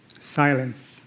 Silence